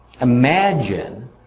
Imagine